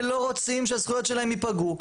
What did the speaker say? ולא רואים שהזכויות שלהם ייפגעו,